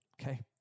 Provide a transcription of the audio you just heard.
okay